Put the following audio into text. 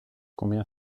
combien